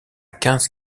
quinze